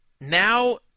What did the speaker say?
now